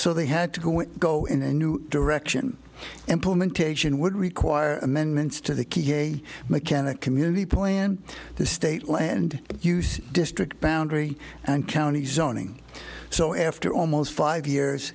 so they had to go and go in a new direction implementation would require amendments to the key a mechanic community plan the state land use district boundary and county zoning so after almost five years